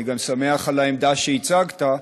אני גם שמח על העמדה שהצגת.